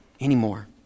anymore